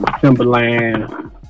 timberland